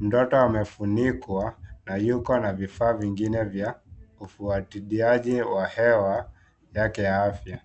Mtoto amefunikwa na yuko na vifaa vingine vya ufuatiliaji wa hewa yake ya afya.